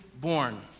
born